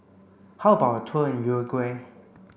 how about a tour in Uruguay